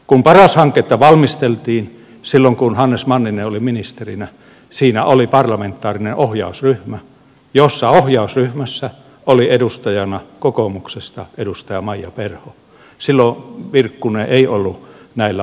kun paras hanketta valmisteltiin silloin kun hannes manninen oli ministerinä siinä oli parlamentaarinen ohjausryhmä jossa oli kokoomuksen edustajana edustaja maija perho silloin virkkunen ei ollut näillä mailla